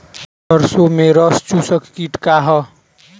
सरसो में रस चुसक किट का ह?